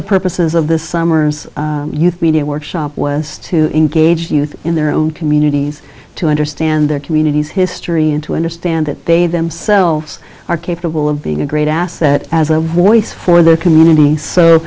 the purposes of this summer's youth media workshop was to engage the youth in their own communities to understand their communities history and to understand that they themselves are capable of being a great asset as a voice for the community so